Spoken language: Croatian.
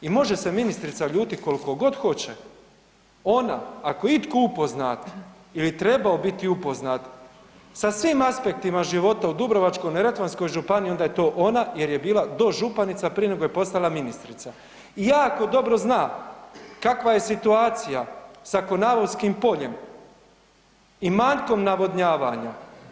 I može se ministrica ljutiti koliko god hoće, ona ako je itko upoznat ili trebao biti upoznat sa svim aspektima života u Dubrovačko-neretvanskoj županiji onda je to ona jer je bila dožupanica prije nego je postala ministrica i jako dobro zna kakva je situacija sa Konavolskim poljem i manjkom navodnjavanja.